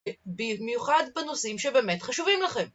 במיוחד בנושאים שבאמת חשובים לכם